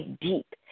deep